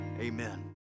Amen